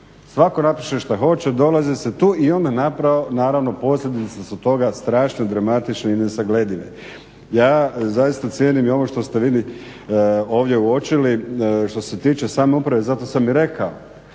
Svatko napiše što hoće, dolazi se tu i onda naravno posljedice su toga strašno dramatične i nesagledive. Ja zaista cijenim i ono što ste vi ovdje uočili što se tiče same uprave. Zato sam i rekao.